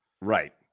Right